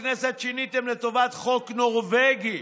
חוק-יסוד: הכנסת שיניתם לטובת חוק נורבגי